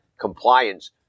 Compliance